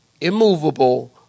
immovable